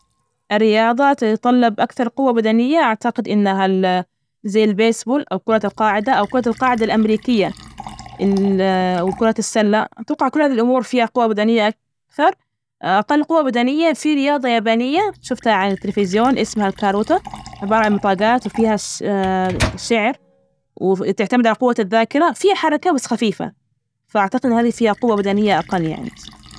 الرياضة تتطلب أكثر قوة بدنية، أعتقد إنها ال زي البيسبول أو كرة القاعدة أو كرة القاعدة الأمريكية. ال وكرة السلة، أتوقع كل هذى الأمور فيها قوى بدنية أكثر، أقل قوى بدنية في رياضة يابانية شفتها على التلفزيون اسمها الكاروته عبارة عن بطاقات وفيها ش- شعر وتعتمد على قوة الذاكرة في حركة بس خفيفة، فأعتقد إنه هذى فيها قوة بدنية أقل يعني.